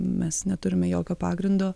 mes neturime jokio pagrindo